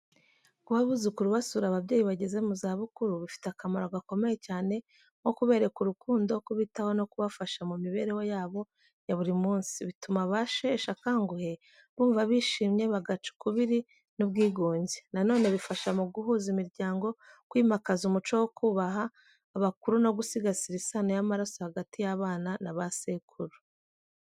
Kuba abuzukuru basura ababyeyi bageze mu zabukuru bifite akamaro gakomeye cyane nko kubereka urukundo, kubitaho no kubafasha mu mibereho yabo ya buri munsi. Bituma abasheshe akanguhe bumva bishimye, bagaca ukubiri n’ubwigunge. Na none bifasha mu guhuza imiryango, kwimakaza umuco wo kubaha abakuru no gusigasira isano y’amaraso hagati y’abana na ba sekuru.